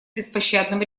беспощадным